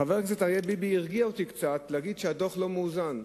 חבר הכנסת אריה ביבי הרגיע אותי קצת כשאמר שהדוח לא מאוזן.